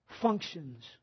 functions